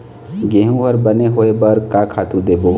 गेहूं हर बने होय बर का खातू देबो?